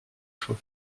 fois